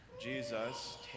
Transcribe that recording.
Jesus